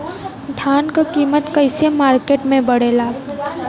धान क कीमत कईसे मार्केट में बड़ेला?